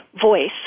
voice